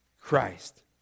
Christ